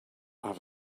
have